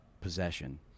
possession